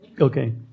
Okay